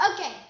Okay